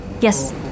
Yes